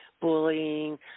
bullying